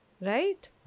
right